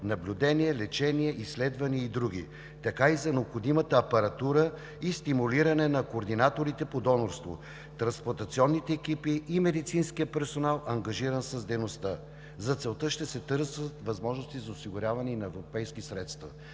наблюдение, лечение, изследвания и други, за необходимата апаратура и стимулиране на координаторите по донорство – трансплантационните екипи и медицинския персонал, ангажиран с дейността. За целта ще се търсят възможности за осигуряване и на европейски средства.